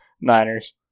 Niners